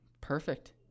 Perfect